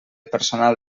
personal